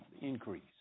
increase